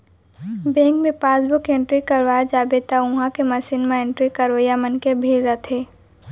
bank मे passbook entry करवाए जाबे त उहॉं के मसीन म एंट्री करवइया मन के भीड़ रथे